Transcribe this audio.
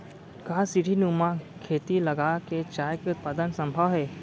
का सीढ़ीनुमा खेती लगा के चाय के उत्पादन सम्भव हे?